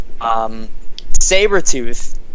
Sabretooth